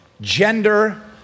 gender